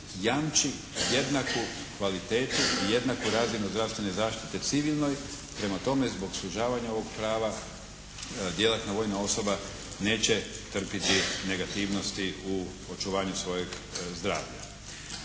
jamči jednaku kvalitetu i jednaku razinu zdravstvene zaštite civilnoj. Prema tome zbog sužavanja ovog prava djelatna vojna osoba neće trpiti negativnosti u očuvanju svojeg zdravlja.